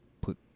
put